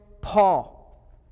Paul